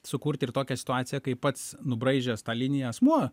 sukurt ir tokią situaciją kai pats nubraižęs tą liniją asmuo